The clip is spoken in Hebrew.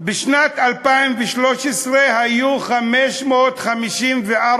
בשנת 2013 היו 554